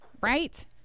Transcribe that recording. right